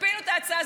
תפילו את ההצעה,